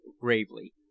gravely